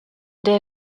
der